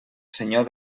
senyor